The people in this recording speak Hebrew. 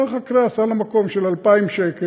הוא נותן לך על המקום קנס של 2,000 שקל.